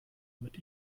mit